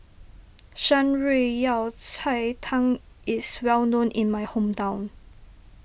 Shan Rui Yao Cai Tang is well known in my hometown